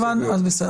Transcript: בסדר.